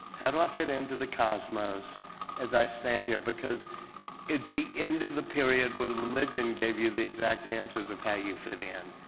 how do i fit into the cosmos as i stand here? because it's the end of the period where the religion gave you the exact answers of how you fit in.